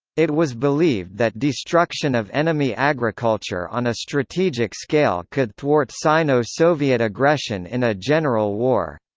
it was believed that destruction of enemy agriculture on a strategic scale could thwart sino-soviet aggression in a general war.